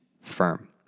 firm